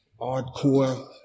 hardcore